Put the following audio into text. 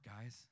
guys